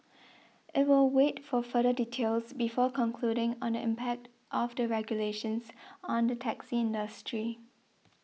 it will wait for further details before concluding on the impact of the regulations on the taxi industry